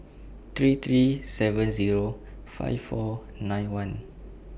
three three seven Zero five four nine one